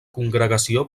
congregació